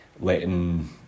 letting